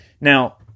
Now